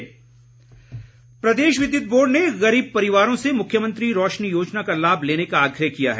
योजना प्रदेश विद्युत बोर्ड ने गरीब परिवारों से मुख्यमंत्री रोशनी योजना का लाभ लेने का आग्रह किया है